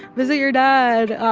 visit your dad,